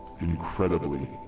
incredibly